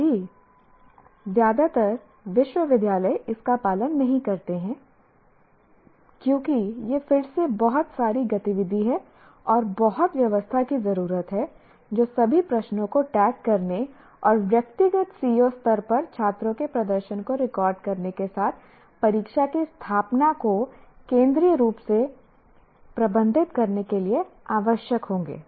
अभी ज्यादातर विश्वविद्यालय इसका पालन नहीं करते हैं क्योंकि यह फिर से बहुत सारी गतिविधि है और बहुत व्यवस्था की जरूरत हैं जो सभी प्रश्नों को टैग करने और व्यक्तिगत CO स्तर पर छात्रों के प्रदर्शन को रिकॉर्ड करने के साथ परीक्षा की स्थापना को केंद्रीय रूप से प्रबंधित करने के लिए आवश्यक होंगे